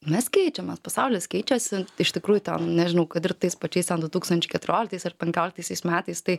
mes keičiamės pasaulis keičiasi iš tikrųjų ten nežinau kad ir tais pačiais ten du tūkstančiai keturioliktais ar penkioliktaisiais metais tai